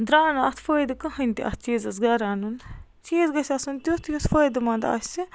درٛاو نہٕ اَتھ فٲیدٕ کٕہیٖنۍ تہٕ اَتھ چیٖزَس گَرٕ اَنُن چیٖز گژھِ آسُن تیُتھ یُس فٲیدٕ منٛد آسہِ